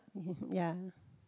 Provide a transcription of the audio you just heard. ya